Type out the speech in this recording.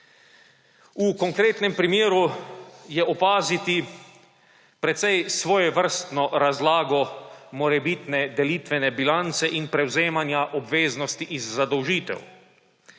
V konkretnem primeru je opaziti precej svojevrstno razlago morebitne delitvene bilance in prevzemanja obveznosti iz zadolžitev.